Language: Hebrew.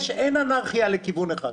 אין אנרכיה לכיוון אחד.